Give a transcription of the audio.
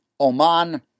Oman